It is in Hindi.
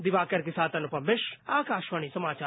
दिवाकर के साथ अनुपम मिश्र आकाशवाणी समाचार